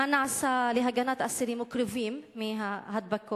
3. מה נעשה להגנת אסירים וקרובים מהידבקות?